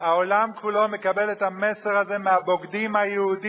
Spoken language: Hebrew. העולם כולו מקבל את המסר הזה מהבוגדים היהודים